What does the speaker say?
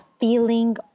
feeling